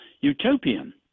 utopian